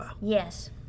Yes